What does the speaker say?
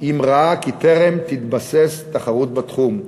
אם ראה כי טרם התבססה תחרות בתחום.